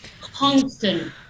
constant